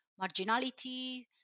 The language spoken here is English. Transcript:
marginality